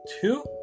two